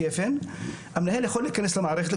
המנהל יכול להיכנס למערכת,